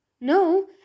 no